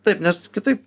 taip nes kitaip